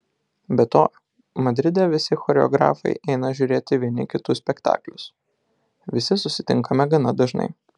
be to madride visi choreografai eina žiūrėti vieni kitų spektaklius visi susitinkame gana dažnai